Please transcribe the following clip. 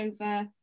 over